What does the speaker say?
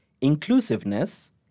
inclusiveness